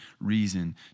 reason